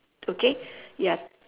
okay ya